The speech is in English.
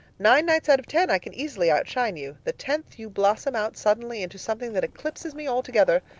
nine nights out of ten i can easily outshine you. the tenth you blossom out suddenly into something that eclipses me altogether.